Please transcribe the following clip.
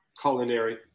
culinary